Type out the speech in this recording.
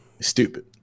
stupid